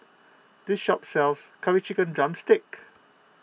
this shop sells Curry Chicken Drumstick